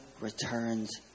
returns